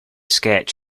sketch